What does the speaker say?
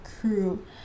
crew